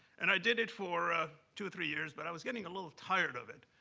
and i did it for two, three years, but i was getting a little tired of it.